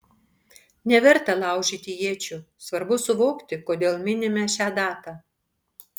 neverta laužyti iečių svarbu suvokti kodėl minime šią datą